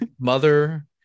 Mother